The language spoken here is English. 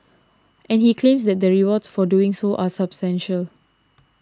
and he claims that the rewards for doing so are substantial